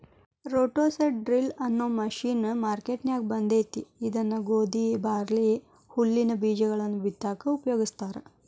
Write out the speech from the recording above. roto seed drill ಅನ್ನೋ machine ಮಾರ್ಕೆನ್ಯಾಗ ಬಂದೇತಿ ಇದನ್ನ ಗೋಧಿ, ಬಾರ್ಲಿ, ಹುಲ್ಲಿನ ಬೇಜಗಳನ್ನ ಬಿತ್ತಾಕ ಉಪಯೋಗಸ್ತಾರ